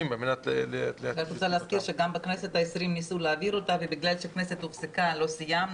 יש שם עשרות ואולי מעבר לכך משפחות שנפלו בין הכיסאות,